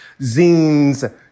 zines